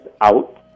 out